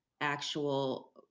actual